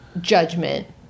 judgment